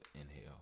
inhale